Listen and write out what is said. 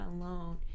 alone